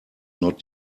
not